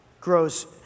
grows